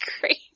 great